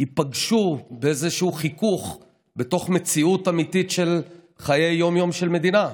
ייפגשו באיזשהו חיכוך בתוך מציאות אמיתית של חיי היום-יום של מדינה.